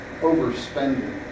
overspending